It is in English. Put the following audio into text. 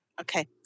Okay